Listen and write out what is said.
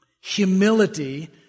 Humility